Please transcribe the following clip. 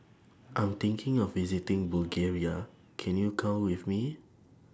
I'm thinking of visiting Bulgaria Can YOU Go with Me